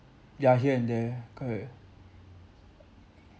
yeah here and there correct